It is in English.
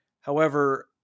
However-